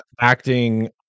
acting